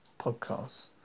podcasts